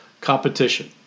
Competition